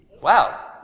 Wow